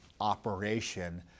operation